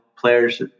players